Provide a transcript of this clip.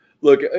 Look